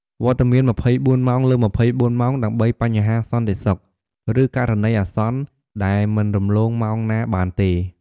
វត្តមាន ២៤ ម៉ោងលើ ២៤ ម៉ោង ដើម្បីបញ្ហាសន្តិសុខ ឬករណីអាសន្នដែលមិនរំលងម៉ោងណាបានទេ។